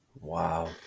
Wow